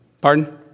Pardon